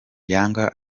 yanga